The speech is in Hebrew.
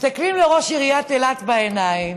מסתכלים לראש עיריית אילת בעיניים,